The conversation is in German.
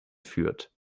führt